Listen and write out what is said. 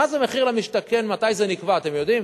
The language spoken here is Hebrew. מה זה מחיר למשתכן, מתי זה נקבע, אתם יודעים?